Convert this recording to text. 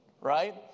Right